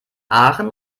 aachen